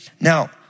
Now